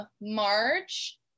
March